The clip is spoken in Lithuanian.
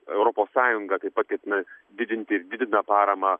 europos sąjunga taip pat ketina didinti didina paramą